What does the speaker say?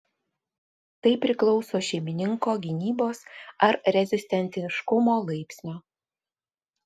tai priklauso šeimininko gynybos ar rezistentiškumo laipsnio